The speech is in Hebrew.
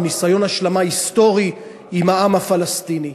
ניסיון השלמה היסטורי עם העם הפלסטיני.